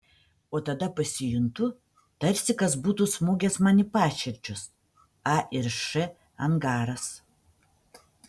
o tada pasijuntu tarsi kas būtų smogęs man į paširdžius a ir š angaras